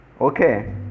Okay